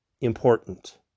important